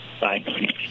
Bye